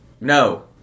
No